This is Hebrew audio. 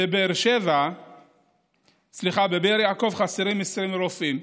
בבאר יעקב חסרים 20 רופאים,